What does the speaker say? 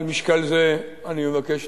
על משקל זה אני מבקש לומר,